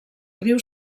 riu